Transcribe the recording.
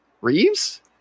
Reeves